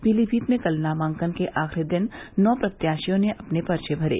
पीलीभीत में कल नामांकन के आखिरी दिन नौ प्रत्याशियों ने अपने पर्चे भरे